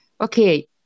okay